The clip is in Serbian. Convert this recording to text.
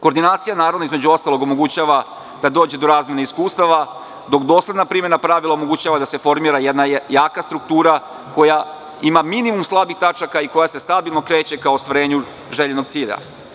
Koordinacija naravno između ostalog omogućava da dođe do razmene iskustava dok dosledna primena pravila omogućava da se formira jedna jaka struktura koja ima minimum slabih tačaka i koja se stabilno kreće ka ostvarenju željenog cilja.